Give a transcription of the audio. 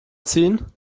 ziehen